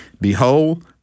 Behold